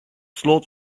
slot